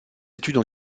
études